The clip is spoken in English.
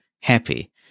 happy